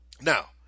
Now